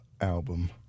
album